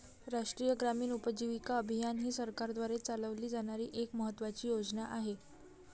राष्ट्रीय ग्रामीण उपजीविका अभियान ही सरकारद्वारे चालवली जाणारी एक महत्त्वाची योजना आहे